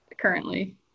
currently